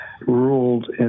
ruled